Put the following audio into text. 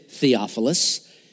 Theophilus